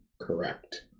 Correct